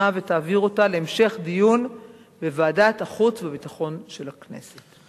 ותעביר אותה להמשך דיון בוועדת החוץ והביטחון של הכנסת.